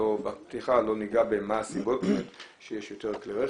בפתיחה אנחנו לא ניגע במה הסיבות שיש יותר כלי רכב,